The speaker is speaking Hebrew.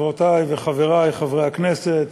חברותי וחברי חברי הכנסת,